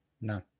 no